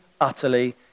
utterly